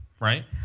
Right